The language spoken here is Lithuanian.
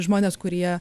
žmonės kurie